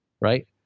right